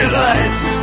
lights